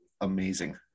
amazing